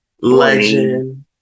legend